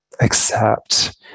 accept